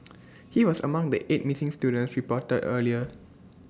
he was among the eight missing students reported earlier